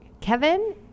Kevin